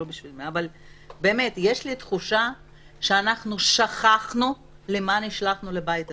יש לי תחושה ששכחנו לשם מה נשלחנו לבית הזה.